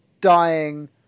dying